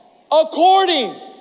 according